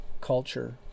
culture